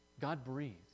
God-breathed